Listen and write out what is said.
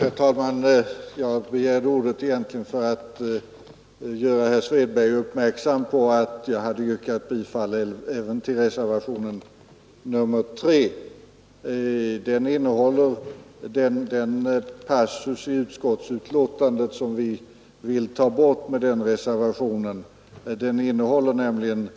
Herr talman! Jag begärde ordet för att göra herr Svedberg uppmärksam på att jag hade yrkat bifall även till reservationen 3. Den passus i utskottsbetänkandet som vi vill ta bort med den reservationen innehåller nämligen